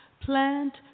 Plant